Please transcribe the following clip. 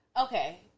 okay